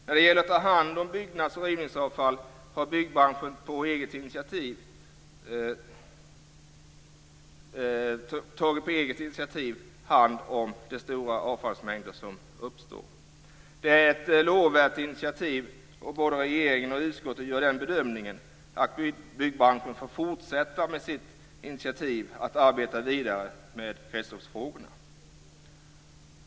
När det gäller att ta hand om byggnads och rivningsavfall har byggbranschen tagit initiativ till att ta hand om den stora avfallsmängd som uppstår. Det är ett lovvärt initiativ, och både regeringen och utskottet gör den bedömningen att byggbranschen får fortsätta med sitt initiativ att arbeta vidare med kretsloppsfrågorna.